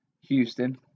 Houston